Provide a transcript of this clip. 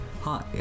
Hi